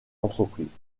entreprise